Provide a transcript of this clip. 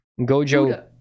Gojo